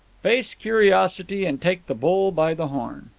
face curiosity and take the bull by the horn.